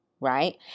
Right